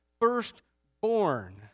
firstborn